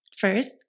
First